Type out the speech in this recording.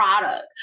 product